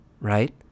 right